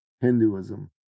Hinduism